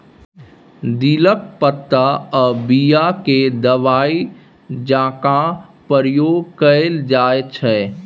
दिलक पात आ बीया केँ दबाइ जकाँ प्रयोग कएल जाइत छै